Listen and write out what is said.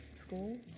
School